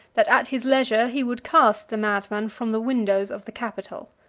that at his leisure he would cast the madman from the windows of the capitol.